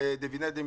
דיבידנדים